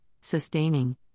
sustaining